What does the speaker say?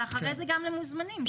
ואחרי זה גם למוזמנים.